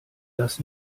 das